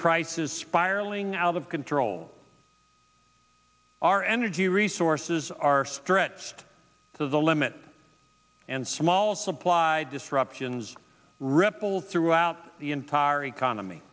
prices spiraling out of control our energy resources are stretched to the limit and small supply disruptions ripple throughout the entire economy